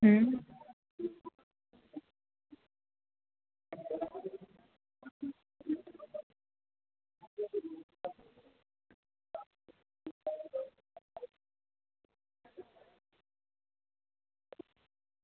હં